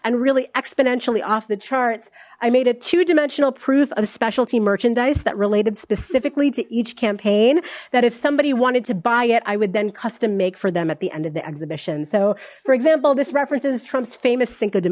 and really exponentially off the charts i made a two dimensional proof of specialty merchandise that related specifically to each campaign that if somebody wanted to buy it i would then custom make for them at the end of the exhibition so for example this references trump's famous cinco de